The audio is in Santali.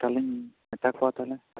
ᱦᱮᱸ ᱛᱟᱦᱚᱞᱮᱧ ᱢᱮᱛᱟ ᱠᱚᱣᱟ ᱛᱟᱦᱚᱞᱮ